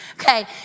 Okay